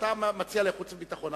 אתה מציע לוועדת החוץ והביטחון,